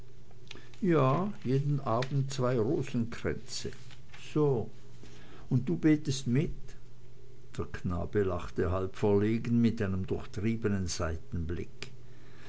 ja jeden abend zwei rosenkränze so und du betest mit der knabe lachte halb verlegen mit einem durchtriebenen